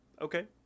Okay